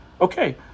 Okay